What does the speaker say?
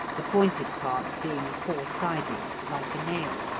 the pointed part being four-sided, like a nail.